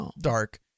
dark